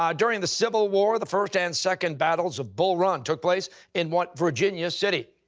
um during the civil war, the first and second battles of bull run took place in what virginia city?